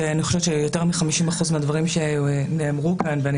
שאני חושבת שיותר מ-50% מהדברים שנאמרו על ידך כאן ואני